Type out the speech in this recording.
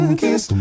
kiss